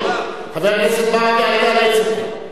חבר הכנסת פלסנר.